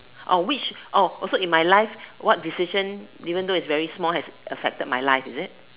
oh which oh so in my life which decision even though it's very small has affected my life is it